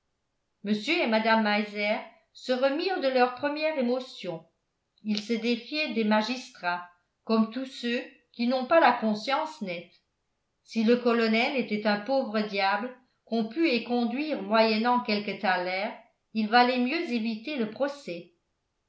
mr et mme meiser se remirent de leur première émotion ils se défiaient des magistrats comme tous ceux qui n'ont pas la conscience nette si le colonel était un pauvre diable qu'on pût éconduire moyennant quelques thalers il valait mieux éviter le procès